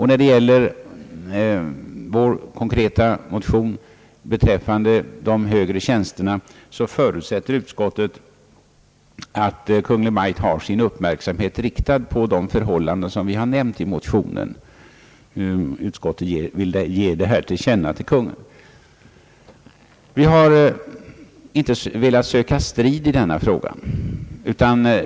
När det gäller vår motion beträffande de högre tjänsterna förutsätter utskottet att Kungl. Maj:t har sin uppmärksamhet riktad på de förhållanden som nämnts i motionen. Utskottet anför att detta bör av riksdagen ges till känna för Kungl. Maj:t. Vi har inte velat söka strid i denna fråga.